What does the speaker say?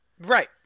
Right